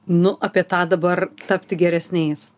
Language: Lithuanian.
nu apie tą dabar tapti geresniais